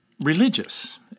religious